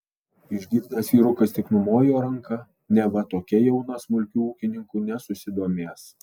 išgirdęs vyrukas tik numojo ranka neva tokia jauna smulkiu ūkininku nesusidomės